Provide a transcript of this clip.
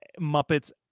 Muppets